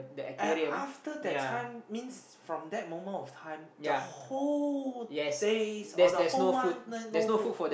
and after that time means from that moment of time the whole days or the whole month there no food